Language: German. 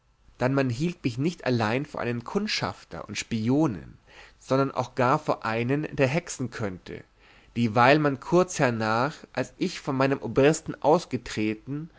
man hielt mich nicht allein vor einen kundschafter und spionen sondern auch gar vor einen der hexen könnte dieweil man kurz hernach als ich von meinem obristen ausgetretten